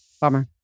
Bummer